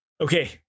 Okay